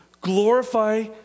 glorify